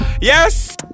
yes